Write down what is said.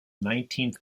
nineteenth